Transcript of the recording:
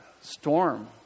storm